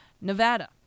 Nevada